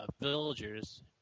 villagers